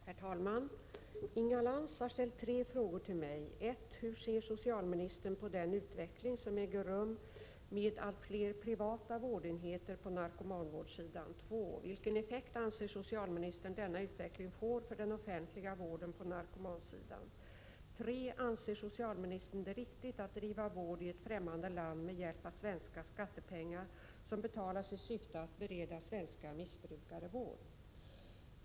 Herr talman! Inga Lantz har ställt tre frågor till mig: 1. Hur ser socialministern på den utveckling som äger rum med allt fler privata vårdenheter på narkomanvårdssidan? 2. Vilken effekt anser socialministern att denna utveckling får för den offentliga vården på narkomansidan? 3. Anser socialministern det riktigt att driva vård i ett främmande land med hjälp av svenska skattepengar, som betalas i syfte att bereda svenska missbrukare vård?